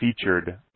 featured